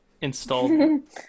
Installed